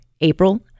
April